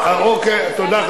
תודה,